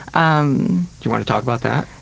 um do you want to talk about that?